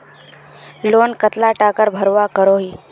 Loan कतला टाका भरवा करोही?